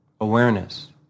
awareness